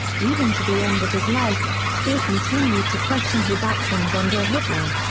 even to the end of his life, speer continued to question his actions under hitler.